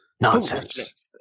nonsense